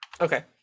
Okay